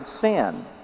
sin